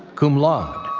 cum laude.